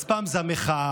אז פעם זו המחאה,